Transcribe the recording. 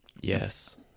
yes